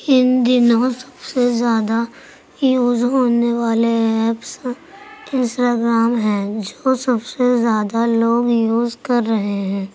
ان دنوں سب سے زیادہ یوز ہونے والے ایپس انسٹاگرام ہیں جو سب سے زیادہ لوگ یوز کر رہے ہیں